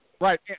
Right